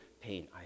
pain